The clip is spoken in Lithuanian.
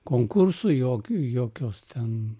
konkursų jok jokios ten